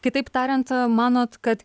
kitaip tariant manote kad